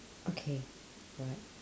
okay alright